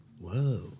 Whoa